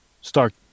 start